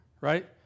right